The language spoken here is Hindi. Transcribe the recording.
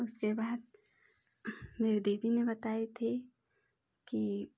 उसके बाद मेरे दीदी ने बताई थी कि